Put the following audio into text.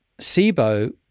SIBO